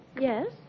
Yes